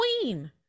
queen